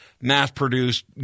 mass-produced